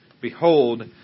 Behold